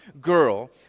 girl